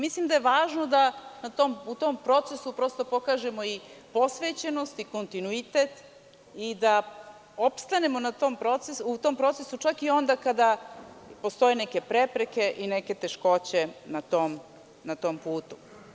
Mislim da je važno da u tom procesu pokažemo i posvećenost i kontinuitet i da opstanemo u tom procesu čak i onda kada postoje neke prepreke i neke teškoće na tom putu.